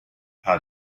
how